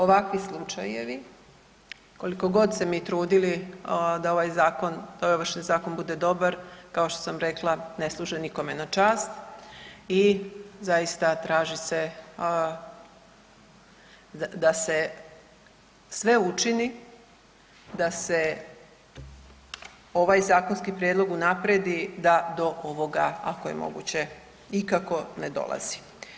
Ovakvi slučajevi, koliko god se mi trudili da ovaj zakon, Ovršni zakon bude dobar, kao što sam rekla, ne služi nikome na čast i zaista traži se da se sve učini da se ovaj zakonski prijedlog unaprijedi da do ovoga ako je moguće ikako, ne dolazi.